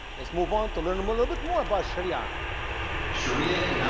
let's move on to learn a little bit more about sharia sharia